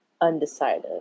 Undecided